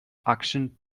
action